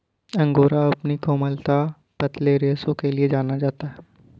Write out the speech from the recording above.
angora अपनी कोमलता, पतले रेशों के लिए जाना जाता है